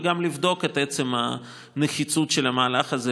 וגם לבדוק את עצם הנחיצות של המהלך הזה,